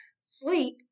Sleep